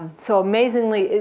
so amazingly,